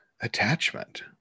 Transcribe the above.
attachment